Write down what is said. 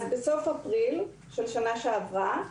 בסוף אפריל שנה שעברה,